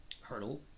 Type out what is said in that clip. hurdle